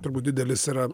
turbūt didelis yra